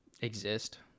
Exist